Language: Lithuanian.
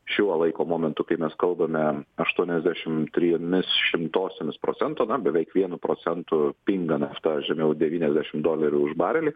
šiuo laiko momentu kai mes kalbame aštuoniasdešim trimis šimtosiomis procento beveik vienu procentu pinga nafta žemiau devyniasdešim dolerių už barelį